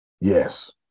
Yes